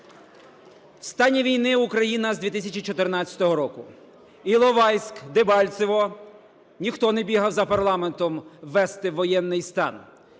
В стані війни Україна з 2014 року. Іловайськ, Дебальцеве – ніхто не бігав за парламентом, ввести воєнний стан.